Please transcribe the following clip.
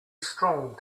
strong